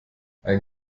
ein